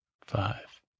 Five